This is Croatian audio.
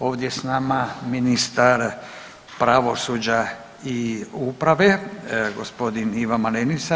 Ovdje je sa nama ministar pravosuđa i uprave gospodin Ivan Malenica.